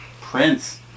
Prince